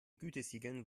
gütesiegeln